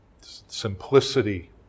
simplicity